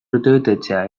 urtebetetzea